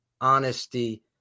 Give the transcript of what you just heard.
honesty